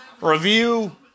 Review